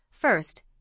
First